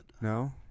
no